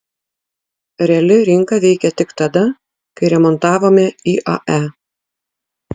reali rinka veikė tik tada kai remontavome iae